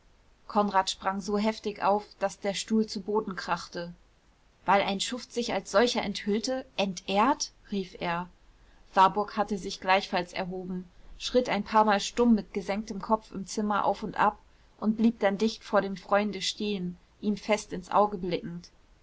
konrad sprang so heftig auf daß der stuhl zu boden krachte weil ein schuft sich als solcher enthüllte entehrt rief er warburg hatte sich gleichfalls erhoben schritt ein paarmal stumm mit gesenktem kopf im zimmer auf und ab und blieb dann dicht vor dem freunde stehen ihm fest ins auge blickend